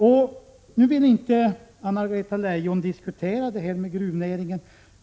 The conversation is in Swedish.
Anna-Greta Leijon vill inte diskutera detta med gruvnäringen.